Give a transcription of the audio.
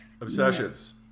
Obsessions